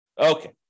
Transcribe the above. Okay